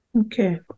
Okay